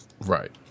Right